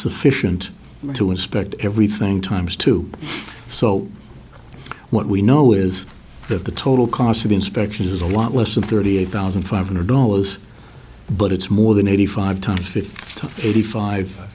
sufficient to inspect everything times two so what we know is that the total cost of inspections is a lot less than thirty eight thousand five hundred dollars but it's more than eighty five times fifty eighty five